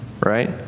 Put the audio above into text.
right